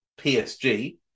PSG